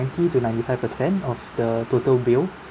ninety to ninety five percent of the total bill